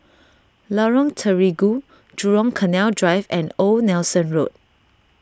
Lorong Terigu Jurong Canal Drive and Old Nelson Road